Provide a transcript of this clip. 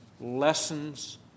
lessons